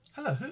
Hello